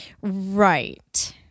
Right